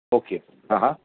okay हां हां